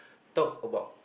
talk about